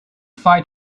fight